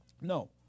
No